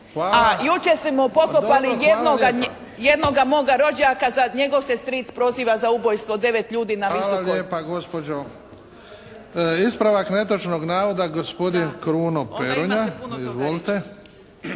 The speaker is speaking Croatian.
A jučer su pokopali jednoga moga rođaka, njegov se stric proziva za ubojstvo od 9 ljudi na Visokoj. **Bebić, Luka (HDZ)** Hvala lijepa gospođo. Ispravak netočnog navoda, gospodin Kruno Peronja. Izvolite.